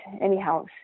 anyhow